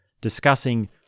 discussing